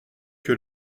que